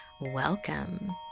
welcome